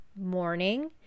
morning